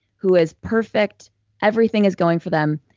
who has perfect everything is going for them,